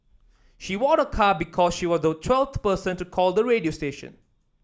she won a car because she was the twelfth person to call the radio station